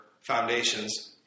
foundations